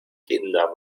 kinder